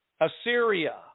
Assyria